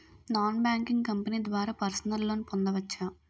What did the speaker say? Non banking company ద్వారా personal loan పొందవచ్చా?